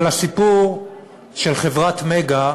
אבל הסיפור של חברת "מגה"